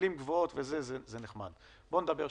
עובדה